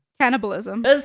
cannibalism